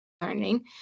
learning